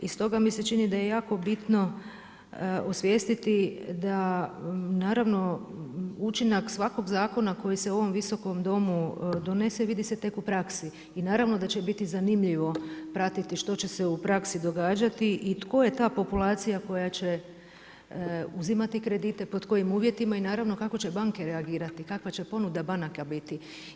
I stoga mi se čini da je jako bitno osvijestiti da naravno učinak svakog zakona koji se u ovome visokom domu donese vidi se tek u praksi i naravno da će biti zanimljivo pratiti što će se u praksi događati i tko je ta populacija koja će uzimati kredite, pod kojim uvjetima i naravno kako će banke reagirati, kakva će ponuda banaka biti.